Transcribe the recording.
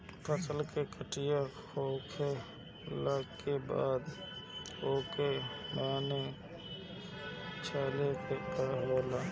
फसल के कटिया होखला के बाद ओके बान्हे छाने के पड़त हवे